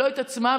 לא התעצמה,